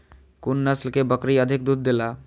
कुन नस्ल के बकरी अधिक दूध देला?